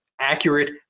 accurate